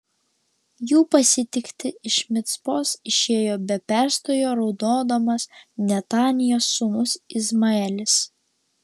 jų pasitikti iš micpos išėjo be perstojo raudodamas netanijos sūnus izmaelis